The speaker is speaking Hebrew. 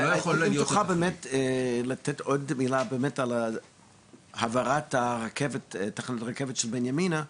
אם תוכל באמת לתת עוד מילה העברת תחנת הרכבת של בנימינה,